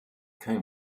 kein